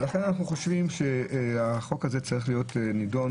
ולכן אנחנו חושבים שהחוק הזה צריך להיות נידון